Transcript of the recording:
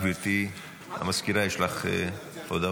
גבירתי הסגנית, יש לך הודעה?